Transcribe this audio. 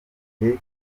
igihe